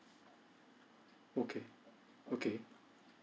okay okay